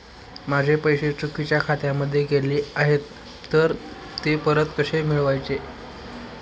माझे पैसे चुकीच्या खात्यामध्ये गेले आहेत तर ते परत कसे मिळवायचे?